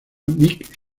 mick